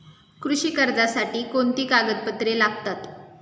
कृषी कर्जासाठी कोणती कागदपत्रे लागतात?